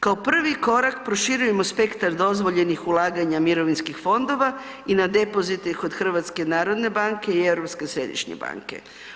Kao prvi korak proširujemo spektar dozvoljenih ulaganja mirovinskih fondova i na depozite kod HNB-a i Europske središnje banke.